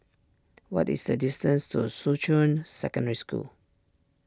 what is the distance to Shuqun Secondary School